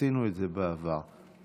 עשינו את זה בעבר בהצלחה.